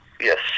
yes